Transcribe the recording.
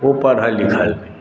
ओ पढ़ल लिखल नहि